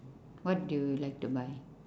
what do you like to buy